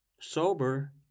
sober